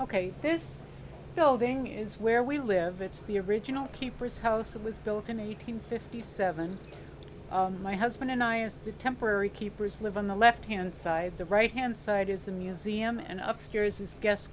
ok this building is where we live it's the original keepers house it was built in eight hundred fifty seven my husband and i is the temporary keepers live on the left hand side the right hand side is the museum and up stairs is guess